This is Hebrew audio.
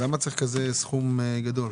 למה צריך כזה סכום גדול?